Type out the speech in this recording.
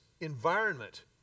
environment